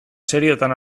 seriotan